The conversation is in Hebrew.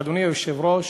אדוני היושב-ראש,